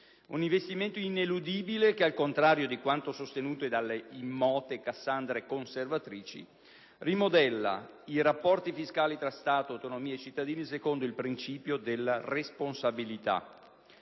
un investimento ineludibile che, al contrario di quanto sostenuto dalle immote cassandre conservatrici, rimodella i rapporti fiscali tra Stato, autonomie, cittadini secondo il principio della responsabilità.